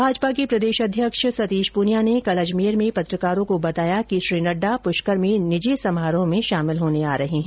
भाजपा के प्रदेश अध्यक्ष सतीश पूनिया ने कल अंजमेर में पत्रकारों को बताया कि श्री नड्डा पुष्कर में निजी समारोह में शामिल होने आ रहे है